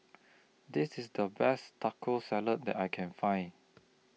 This IS The Best Taco Salad that I Can Find